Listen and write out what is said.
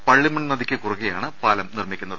പള്ളിമൺ നദിക്ക് കുറുകെയാണ് പാലം നിർമ്മിക്കുന്നത്